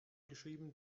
geschrieben